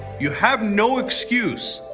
you have no excuse!